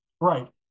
right